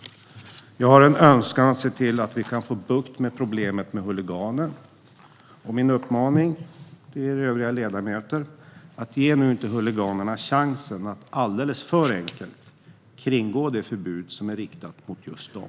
Jag har en önskan att vi kan se till att vi får bukt med problemet med huliganer. Min uppmaning till er övriga ledamöter är: Ge nu inte huliganerna chansen att alldeles för enkelt kringgå det förbud som är riktat mot just dem!